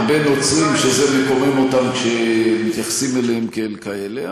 הרבה נוצרים שזה מקומם אותם כשמתייחסים אליהם כאל כאלה.